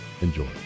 Enjoy